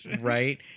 Right